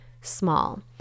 small